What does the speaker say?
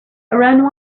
around